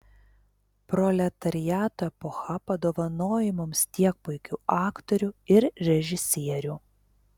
proletariato epocha padovanojo mums tiek puikių aktorių ir režisierių